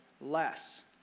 less